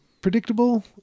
predictable